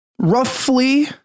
roughly